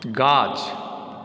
गाछ